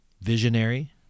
Visionary